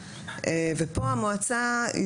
המועצה,